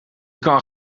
kan